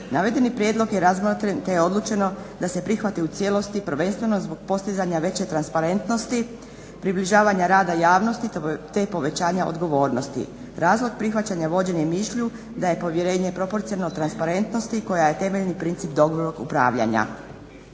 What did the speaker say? Navedeni prijedlog je razmotren te je odlučeno da se prihvati u cijelosti prvenstveno zbog postizanja veće transparentnosti približavanja rada javnosti te povećanja odgovornosti. Razlog prihvaćanja vođen je mišlju da je povjerenje proporcionalno transparentnosti koja je temeljni princip dobrog upravljanja.